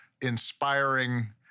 inspiring